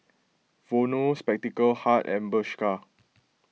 Vono Spectacle Hut and Bershka